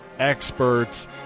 experts